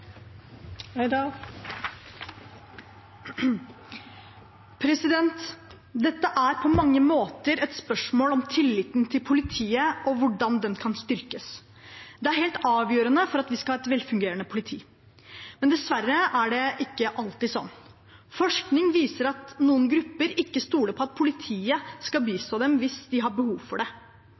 Dette er på mange måter et spørsmål om tilliten til politiet og hvordan den kan styrkes. Det er helt avgjørende for at vi skal ha et velfungerende politi. Dessverre er det ikke alltid sånn. Forskning viser at noen grupper ikke stoler på at politiet skal bistå dem hvis de har behov for det.